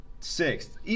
Sixth